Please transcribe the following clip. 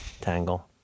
tangle